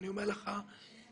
אני אומר לך שחייבים